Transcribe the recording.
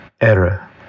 error